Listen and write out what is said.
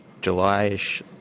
July-ish